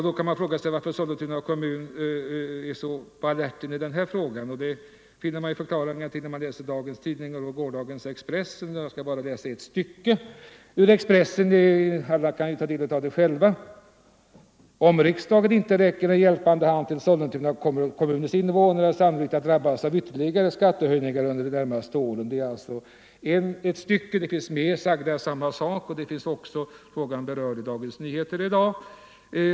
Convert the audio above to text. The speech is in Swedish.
Då kan man fråga sig varför Sollentuna kommun är så på alerten i denna sak. Svar på den frågan får man när man läser dagens tidningar och gårdagens Expressen. Jag skall bara läsa ett stycke ur Expressen: ”Om riksdagen inte räcker en hjälpande hand till Sollentuna kommer kommunens invånare sannolikt att drabbas av ytterligare skattehöjningar under de närmaste åren.” Det finns mer sagt i den saken, och frågan berörs också i Dagens Nyheter i dag.